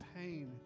pain